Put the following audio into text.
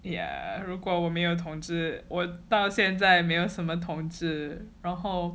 yeah 如果我没有同志我到现在没有什么同志然后